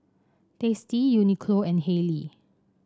Tasty Uniqlo and Haylee